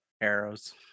arrows